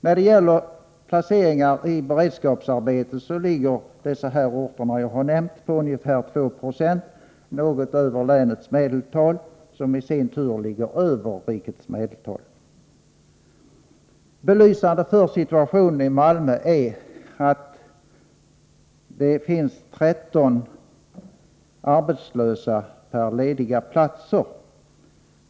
När det gäller placeringar i beredskapsarbete ligger de orter som jag har nämnt på ungefär 2 70, något över länets medeltal, som i sin tur ligger över medeltalet för riket. Belysande för situationen i Malmö är att det finns 13 arbetslösa per ledig plats.